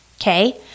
Okay